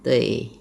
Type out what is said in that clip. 对